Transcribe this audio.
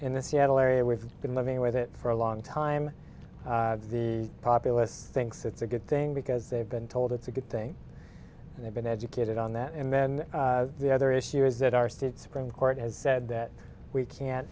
in the seattle area we've been living with it for a long time the populace thinks it's a good thing because they've been told it's a good thing and they've been educated on that and then the other issue is that our state supreme court has said that we can't